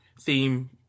theme